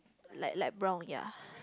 like light brown ya